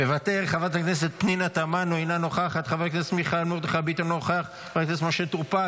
חבר הכנסת עידן רול, אינו נוכח,